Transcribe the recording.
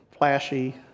Flashy